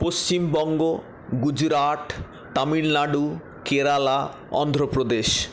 Paschimbanga Gujarat Tamil Nadu Kerala Andhra Pradesh